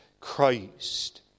Christ